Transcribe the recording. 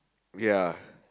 ya